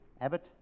Abbott